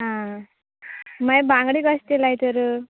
आं मागीर बांगडे कश दिलाय तर